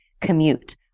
commute